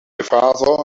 father